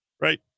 right